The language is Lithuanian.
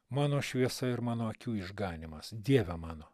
mano šviesa ir mano akių išganymas dieve mano